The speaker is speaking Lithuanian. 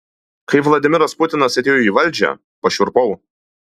kai vladimiras putinas atėjo į valdžią pašiurpau